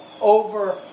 over